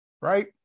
Right